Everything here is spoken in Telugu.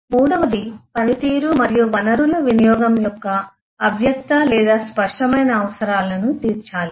మూడవది పనితీరు మరియు వనరుల వినియోగం యొక్క అవ్యక్త లేదా స్పష్టమైన అవసరాలను తీర్చాలి